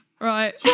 Right